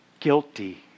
Guilty